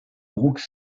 brooks